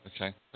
Okay